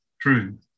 true